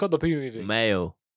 male